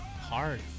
Hard